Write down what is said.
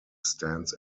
stands